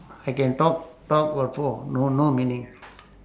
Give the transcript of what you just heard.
I can talk talk what for no no meaning